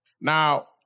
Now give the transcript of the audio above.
Now